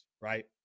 right